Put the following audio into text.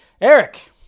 Eric